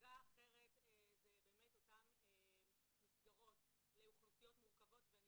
דאגה אחרת זה אותן מסגרות לאוכלוסיות מורכבות ואני